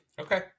Okay